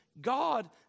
God